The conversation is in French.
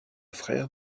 frère